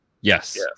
Yes